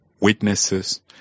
witnesses